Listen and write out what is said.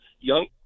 young